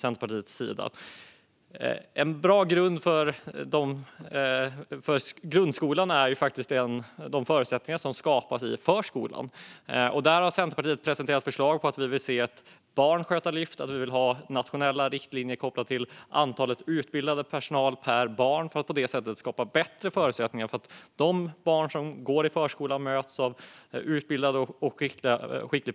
En bra grund för grundskolan är de förutsättningar som skapas i förskolan. Där har Centerpartiet presenterat förslag på ett barnskötarlyft och nationella riktlinjer kopplade till antalet utbildad personal per barn för att på det sättet skapa bättre förutsättningar. De barn som går i förskolan ska mötas av utbildad och skicklig personal.